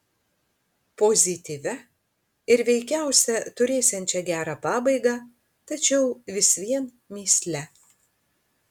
pozityvia ir veikiausia turėsiančia gerą pabaigą tačiau vis vien mįsle